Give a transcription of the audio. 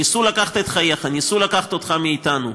ניסו לקחת את חייך, ניסו לקחת אותך מאתנו,